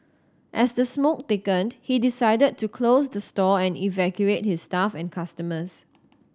as the smoke thickened he decided to close the store and evacuate his staff and customers